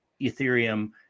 Ethereum